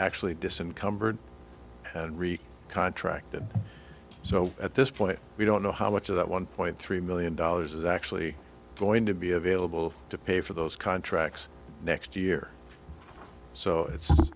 wreak contracted so at this point we don't know how much of that one point three million dollars is actually going to be available to pay for those contracts next year so it's